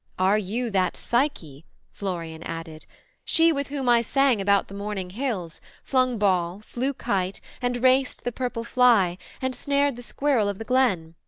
are you that psyche florian added she with whom i sang about the morning hills, flung ball, flew kite, and raced the purple fly, and snared the squirrel of the glen?